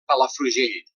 palafrugell